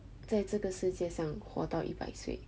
在这个世界上活到一百岁